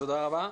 תודה רבה.